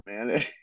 man